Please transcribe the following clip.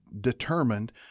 determined